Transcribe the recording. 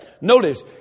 Notice